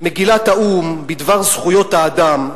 מגילת האו"ם בדבר זכויות האדם,